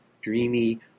dreamy